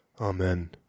Amen